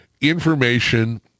information